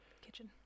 kitchen